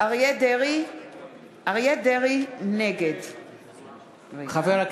(קוראת בשמות חברי